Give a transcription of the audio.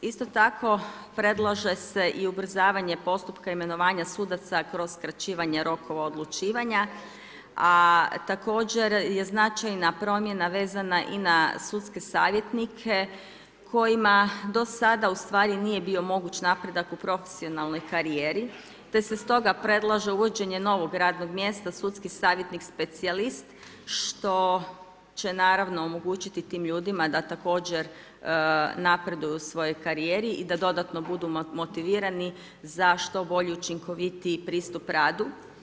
Isto tako, predlaže se i ubrzavanje postupka imenovanja sudaca kroz skraćivanje rokova odlučivanja, a također je značajna promjena vezana i na sudske savjetnike kojima do sada, u stvari, nije bio moguć napredak u profesionalnoj karijeri, te se stoga predlaže uvođenje novog radnog mjesta sudski savjetnik – specijalist, što će, naravno, omogućiti tim ljudima da također napreduju u svojoj karijeri i da dodatno budu motivirani za što bolji, učinkovitiji pristup radu.